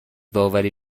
داوری